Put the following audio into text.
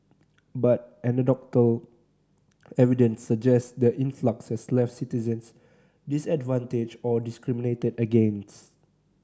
but anecdotal evidence suggest the influx has left citizens disadvantaged or discriminated against